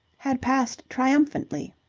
had passed triumphantly.